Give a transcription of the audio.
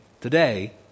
today